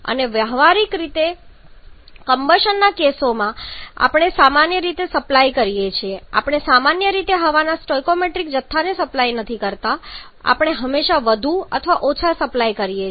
અને વ્યવહારિક કમ્બશનના કેસોમાં સામાન્ય રીતે આપણે સપ્લાય કરીએ છીએ આપણે સામાન્ય રીતે હવાના સ્ટોઇકિયોમેટ્રિક જથ્થાને સપ્લાય કરતા નથી આપણે હંમેશા વધુ અથવા ઓછા સપ્લાય કરીએ છીએ